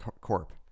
Corp